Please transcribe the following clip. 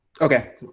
Okay